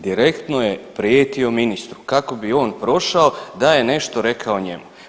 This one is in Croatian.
Direktno je prijetio ministru kako bi on prošao da je nešto rekao njemu.